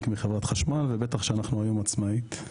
מחברת חשמל ובטח כשאנחנו היום עצמאית.